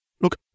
Look